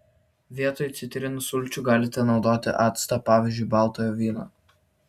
vietoj citrinų sulčių galite naudoti actą pavyzdžiui baltojo vyno